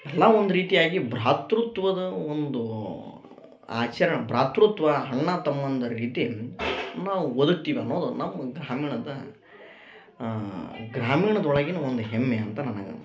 ಎಲ್ಲಾ ಒಂದು ರೀತಿಯಾಗಿ ಭ್ರಾತೃತ್ವದ ಒಂದು ಆಚರಣೆ ಭ್ರಾತೃತ್ವ ಅಣ್ಣ ತಮ್ಮಂದಿರ ರೀತಿ ನಾವು ಬದುಕ್ತೀವಿ ಅನ್ನೋದು ನಮ್ಮ ಗ್ರಾಮೀಣದ ಗ್ರಾಮೀಣದೊಳಗಿನ ಒಂದು ಹೆಮ್ಮೆ ಅಂತ ನನಗನಿಸ್ತದೆ